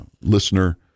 listener